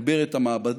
לתגבר את המעבדות,